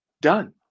done